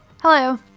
Hello